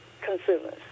consumers